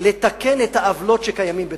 לתקן את העוולות שקיימות בתוכה,